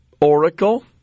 Oracle